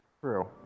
True